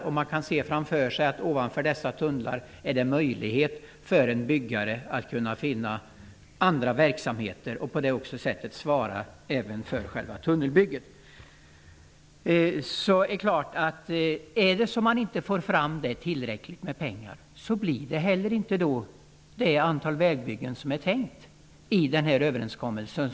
Ovanför dessa tunnlar finns det möjligheter för en byggare att finna andra verksamheter och på det sättet också svara för själva tunnelbygget. Om man inte får fram tillräckligt med pengar blir det inte heller det antal vägbyggen som det är tänkt i överenskommelsen.